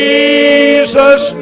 Jesus